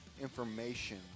information